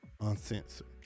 uncensored